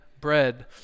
Bread